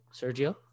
Sergio